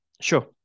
Sure